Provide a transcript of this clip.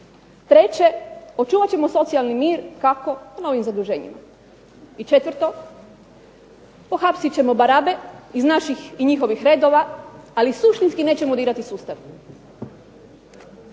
Treće, očuvat ćemo socijalni mir, kako, novim zaduženjima. I četvrto, pohapsit ćemo barabe iz naših i njihovih redova, ali suštinski nećemo dirati sustav.